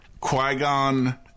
Qui-Gon